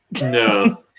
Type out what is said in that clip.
No